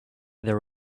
there